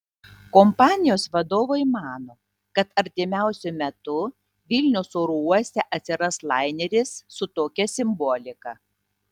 kompanijos vadovai mano kad artimiausiu metu vilniaus oro uoste atsiras laineris su tokia simbolika